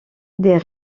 des